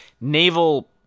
naval